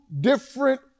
different